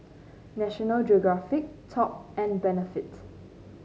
National Geographic Top and Benefit